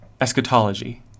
eschatology